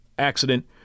accident